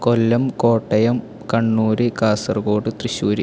Kollam Kottayam Kannur Kasaragod Thrissur